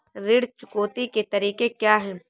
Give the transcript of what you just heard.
ऋण चुकौती के तरीके क्या हैं?